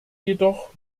jedoch